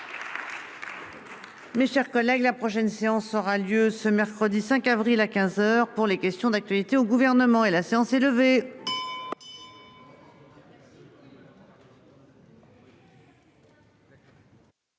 Mes chers collègues. La prochaine séance aura lieu ce mercredi 5 avril à 15h pour les questions d'actualité au gouvernement et la séance est levée.